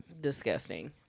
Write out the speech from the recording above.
disgusting